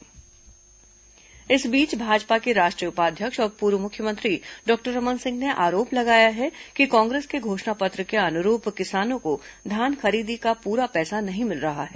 धान प्रतिक्रिया इस बीच भाजपा के राष्ट्रीय उपाध्यक्ष और पूर्व मुख्यमंत्री डॉक्टर रमन सिंह ने आरोप लगाया है कि कांग्रेस के घोषणा पत्र के अनुरूप किसानों को धान खरीदी का पूरा पैसा नहीं मिल रहा है